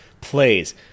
plays